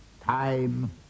Time